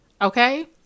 okay